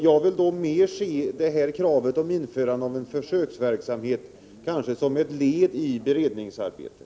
Jag vill kanske mera se kravet på införande av en försöksverksamhet som ett led i beredningsarbetet.